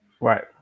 Right